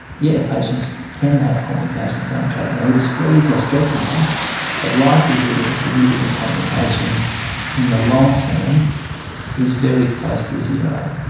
yeah patients can have complications down and the track. and with a sleeve gastrectomy the likelihood of a significant complication in the long term is very close to zero.